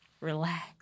Relax